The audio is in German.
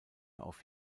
auf